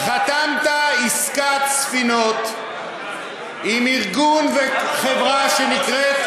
חתמת עסקת ספינות עם ארגון, וחברה שנקראת,